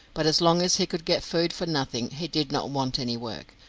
but as long as he could get food for nothing he did not want any work,